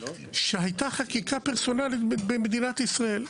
שהייתה חקיקה פרסונלית במדינת ישראל.